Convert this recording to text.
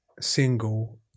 single